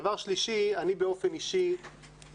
דבר שלישי, אדוני